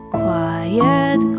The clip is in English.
quiet